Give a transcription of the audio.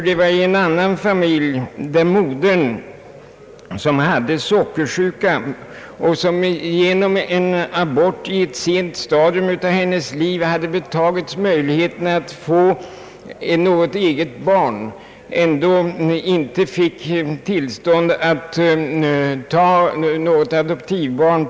Det andra avsåg en familj där modern, som hade sockersjuka och genom en abort i ett sent skede av sitt liv hade betagits möjligheten att få något eget barn, på grund av denna sjukdom inte fick tillstånd att ta ett adoptivbarn.